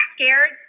scared